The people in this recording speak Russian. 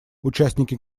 участники